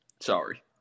Sorry